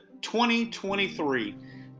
2023